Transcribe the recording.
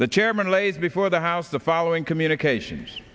the chairman lays before the house the following communications